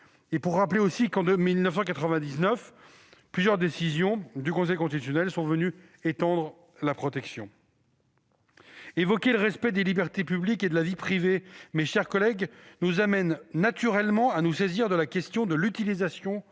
de sa vie privée. » En 1999, plusieurs décisions du Conseil constitutionnel sont venues étendre cette protection. Évoquer le respect des libertés publiques et de la vie privée, mes chers collègues, nous amène naturellement à nous saisir de la question de l'utilisation